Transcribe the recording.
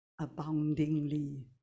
aboundingly